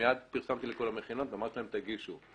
מיד פרסמתי לכל המכינות ואמרתי להם שיגישו.